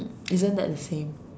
isn't that the same